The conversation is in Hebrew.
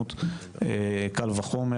לסוכנות קל וחומר.